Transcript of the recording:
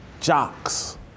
jocks